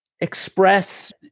express